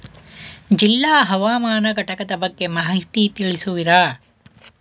ಜಿಲ್ಲಾ ಹವಾಮಾನ ಘಟಕದ ಬಗ್ಗೆ ಮಾಹಿತಿ ತಿಳಿಸುವಿರಾ?